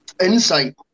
insight